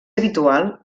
habitual